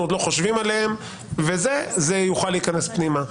עוד לא חושבים עליהם וזה יוכל להיכנס פנימה.